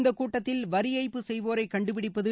இந்தக் கூட்டத்தின் வரி வரயப்பு செய்வோரை கண்டுபிடிப்பது